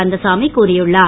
கந்தசாமி கூறியுள்ளார்